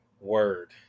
word